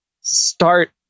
start